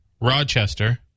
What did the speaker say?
Rochester